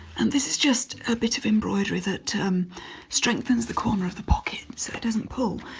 and this just a bit of embroidery that um strengthens the corner of the pocket so it doesn't pull.